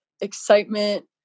excitement